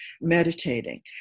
meditating